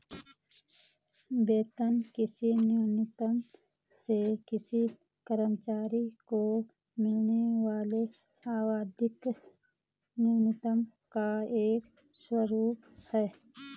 वेतन किसी नियोक्ता से किसी कर्मचारी को मिलने वाले आवधिक भुगतान का एक स्वरूप है